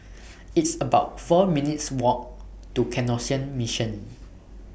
It's about four minutes' Walk to Canossian Mission